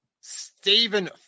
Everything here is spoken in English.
Stephen